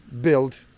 build